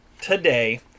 today